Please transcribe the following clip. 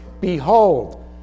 Behold